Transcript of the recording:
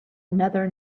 another